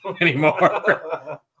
anymore